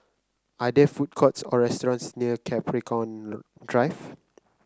are there food courts or restaurants near Capricorn Drive